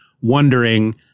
wondering